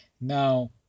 Now